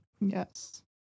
Yes